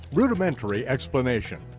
rood-imentary explanation.